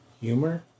Humor